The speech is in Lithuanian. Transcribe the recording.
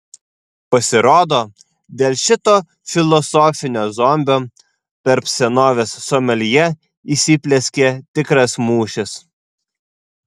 pasirodo dėl šito filosofinio zombio tarp senovės someljė įsiplieskė tikras mūšis